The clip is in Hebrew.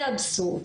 זה אבסורד.